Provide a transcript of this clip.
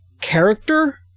character